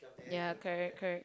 ya correct correct